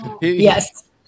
yes